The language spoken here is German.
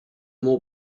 mont